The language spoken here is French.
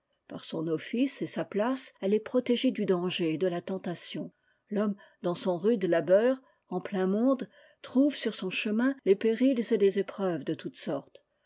par son office et sa place elle est protégée du danger et de la tentation l'homme dans son rude labeur en plein monde trouve sur son chemin les périls et les épreuves de toute sorte